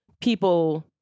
people